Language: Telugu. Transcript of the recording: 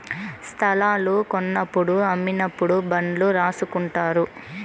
స్తలాలు కొన్నప్పుడు అమ్మినప్పుడు బాండ్లు రాసుకుంటారు